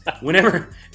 whenever